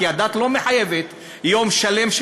כי הדת לא מחייבת יום שלם,